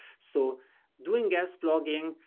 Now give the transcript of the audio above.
so doing guest blogging,